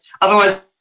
Otherwise